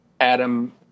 Adam